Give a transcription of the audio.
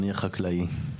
אני חקלאי.